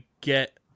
get